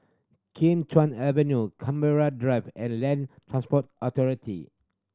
Kim Chuan Avenue Canberra Drive and Land Transport Authority